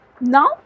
now